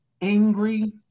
angry